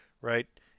right